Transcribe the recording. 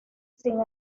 sin